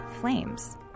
flames